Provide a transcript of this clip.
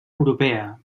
europea